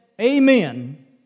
Amen